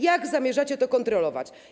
Jak zamierzacie to kontrolować?